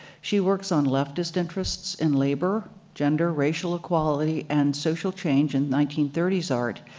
she works on leftist interests in labor, gender, racial equality, and social change in nineteen art,